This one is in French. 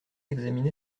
examiné